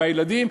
מהילדים.